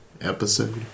episode